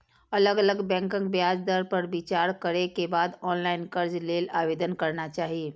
अलग अलग बैंकक ब्याज दर पर विचार करै के बाद ऑनलाइन कर्ज लेल आवेदन करना चाही